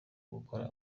gukora